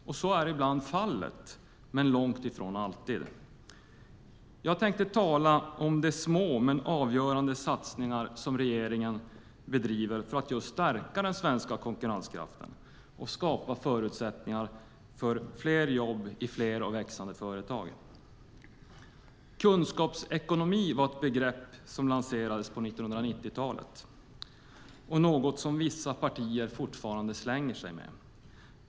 Så är ibland fallet men långt ifrån alltid. Jag tänker tala om de små men avgörande satsningar som regeringen gör för att just stärka den svenska konkurrenskraften och skapa förutsättningar för fler jobb i fler och växande företag. Kunskapsekonomi är ett begrepp som lanserades på 1990-talet och något som vissa partier fortfarande slänger sig med.